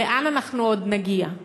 לאן אנחנו עוד נגיע?